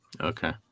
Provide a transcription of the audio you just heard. Okay